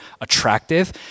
attractive